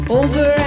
over